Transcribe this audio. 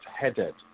headed